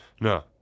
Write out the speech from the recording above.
No